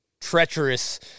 treacherous